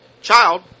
child